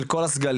של כל הסגלים,